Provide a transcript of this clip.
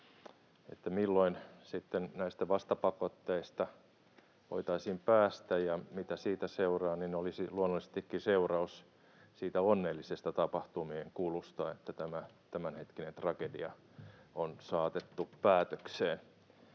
sitten näistä vastapakotteista voitaisiin päästä ja mitä siitä seuraa: se olisi luonnollisestikin seuraus siitä onnellisesta tapahtumien kulusta, että tämä tämänhetkinen tragedia on saatettu päätökseen.